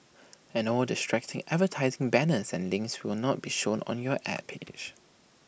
and all distracting advertising banners and links will not be shown on your Ad page